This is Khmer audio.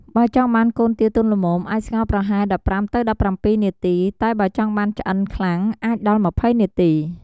បើចង់បានកូនទាទន់ល្មម អាចស្ងោរប្រហែល ១៥-១៧ នាទី តែបើចង់បានឆ្អិនខ្លាំង អាចដល់ ២០ នាទី។